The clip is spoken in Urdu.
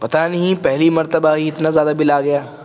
پتا نہیں پہلی مرتبہ ہی اتنا زیادہ بل آ گیا